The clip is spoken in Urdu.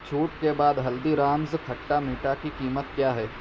چھوٹ کے بعد ہلدی رامز کھٹا میٹھا کی قیمت کیا ہے